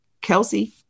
Kelsey